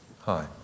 Hi